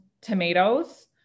tomatoes